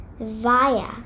via